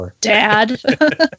dad